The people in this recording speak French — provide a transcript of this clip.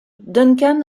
duncan